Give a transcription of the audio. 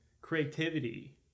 creativity